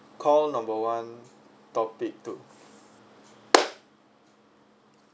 call number one topic two